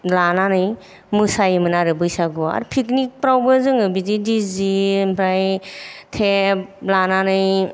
लानानै मोसायोमोन आरो बैसागुआव आरो पिकनिकफ्रावबो जोङो बिदि दि जे ओमफ्राय थेब लानानै